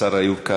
6353 ו-6359 .